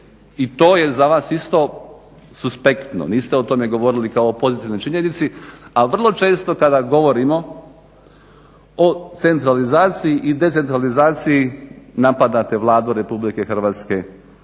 I to je za vas isto suspektno. Niste o tome govorili kao o pozitivnoj činjenici a vrlo često kada govorimo o centralizaciji i decentralizaciji napadate Vladu RH da